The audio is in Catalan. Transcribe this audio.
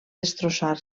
destrossar